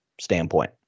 standpoint